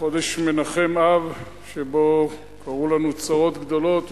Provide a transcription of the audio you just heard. חודש מנחם-אב שבו קרו לנו צרות גדולות,